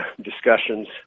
discussions